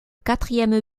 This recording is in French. quatrième